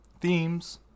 themes